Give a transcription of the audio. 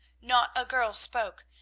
not a girl spoke,